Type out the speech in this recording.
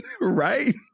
Right